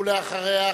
ואחריה,